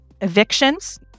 evictions